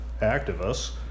activists